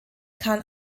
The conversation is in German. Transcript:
kann